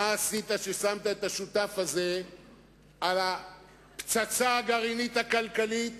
מה עשית כששמת את השותף הזה על הפצצה הגרעינית הכלכלית?